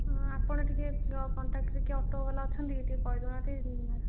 ହଁ ଆପଣ ଟିକିଏ କଣ୍ଟ୍ରାକ୍ଟରେ କିଏ ଅଟୋ ବାଲା ଅଛନ୍ତି ଟିକେ କହିଦେଉନାହାନ୍ତି